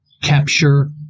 capture